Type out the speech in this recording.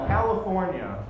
California